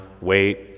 wait